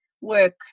work